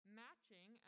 matching